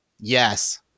Yes